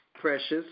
Precious